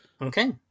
Okay